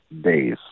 days